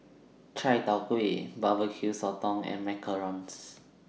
Chai Tow Kway Barbecue Sotong and Macarons